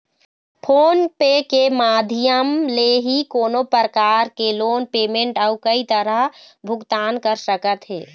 phone पे के माधियम ले ही कोनो परकार के लोन पेमेंट अउ कई तरह भुगतान कर सकत हे